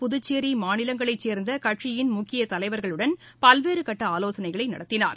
புதுச்சேரி மாநிலங்களைச் சேர்ந்த கட்சியின் முக்கிய தலைவர்களுடன் பல்வேறு கட்ட ஆலோசனைகளை நடத்தினார்